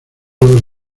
los